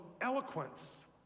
eloquence